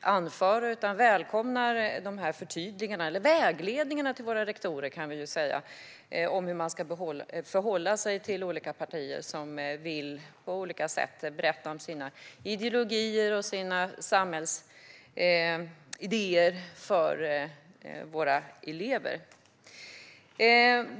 anföra utan välkomnar dessa förtydliganden eller vägledningar till våra rektorer om hur man ska förhålla sig till partier som på olika sätt vill berätta om sina ideologier och samhällsidéer för våra elever.